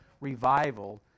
revival